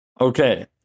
Okay